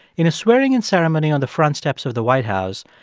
in a swearing-in ceremony on the front steps of the white house,